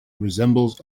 resembles